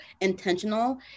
intentional